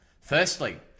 Firstly